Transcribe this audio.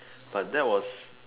but that was